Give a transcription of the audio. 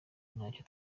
ntacyo